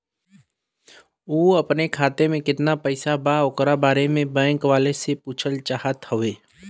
उ अपने खाते में कितना पैसा बा ओकरा बारे में बैंक वालें से पुछल चाहत हवे?